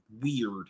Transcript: weird